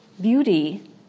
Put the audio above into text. beauty